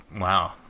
Wow